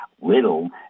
little